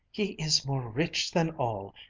he is more rich than all!